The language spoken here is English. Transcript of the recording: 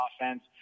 offense